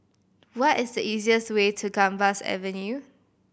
what is the easiest way to Gambas Avenue